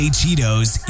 Cheetos